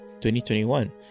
2021